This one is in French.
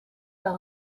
par